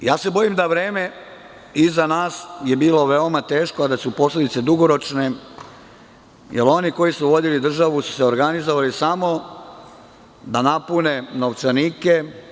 Bojim se da vreme iza nas je bilo veoma teško, a da su posledice dugoročne, jer oni koji su vodili državu su se organizovali samo da napune novčanike.